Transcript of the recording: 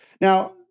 Now